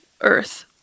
earth